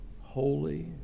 holy